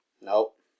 Nope